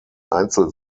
einzel